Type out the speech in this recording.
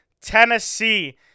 Tennessee